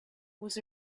was